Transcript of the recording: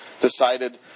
decided